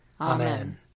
Amen